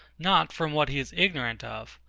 not from what he is ignorant of.